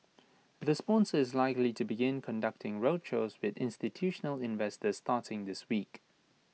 the sponsor is likely to begin conducting roadshows with institutional investors starting this week